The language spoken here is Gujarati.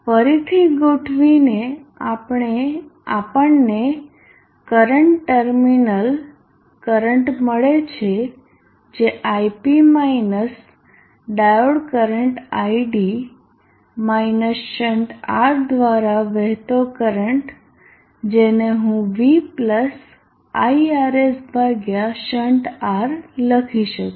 ફરીથી ગોઠવીને આપણને કરંટ ટર્મિનલ કરંટ મળે છે જે ip minus diode current id minus shunt R દ્વારા વહેતો કરંટ જેને હું v પ્લસ iRs ભાગ્યા શન્ટ R લખી શકું